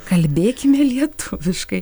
kalbėkime lietuviškai